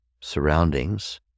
surroundings